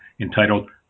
entitled